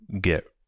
get